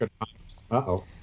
Uh-oh